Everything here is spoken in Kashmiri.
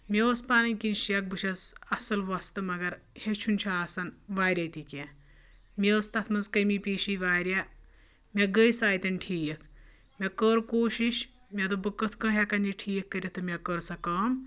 مےٚ اوس پَنٕنۍ کِنۍ شَک بہٕ چھس اَصٕل وۄستہٕ مگر ہیٚچھُن چھُ آسَان واریاہ تہِ کینٛہہ مےٚ ٲسۍ تَتھ منٛز کمی پیٖشی واریاہ مےٚ گٔیے سۄ اَتٮ۪ن ٹھیٖک مےٚ کٔر کوٗشِش مےٚ دوٚپ بہٕ کِتھ کٔنۍ ہٮ۪کَن یہِ ٹھیٖک کٔرِتھ تہٕ مےٚ کٔر سۄ کٲم